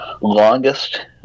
longest